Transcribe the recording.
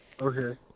Okay